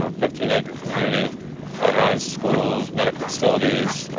ah fifteen ache err community that has schools, medical facilities,